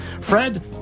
Fred